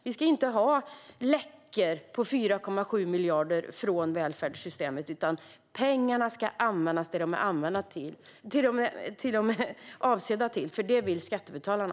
Vi ska inte ha läckor på 4,7 miljarder från välfärdssystemet, utan pengarna ska användas till det de är avsedda för, för det vill skattebetalarna.